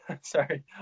Sorry